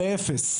לאפס.